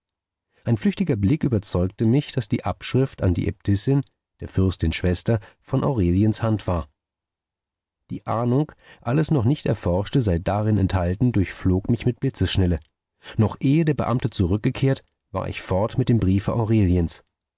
ein flüchtiger blick überzeugte mich daß die aufschrift an die äbtissin der fürstin schwester von aureliens hand war die ahnung alles noch nicht erforschte sei darin enthalten durchflog mich mit blitzesschnelle noch ehe der beamte zurückgekehrt war ich fort mit dem briefe aureliens